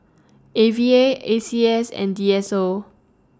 A V A A C S and D S O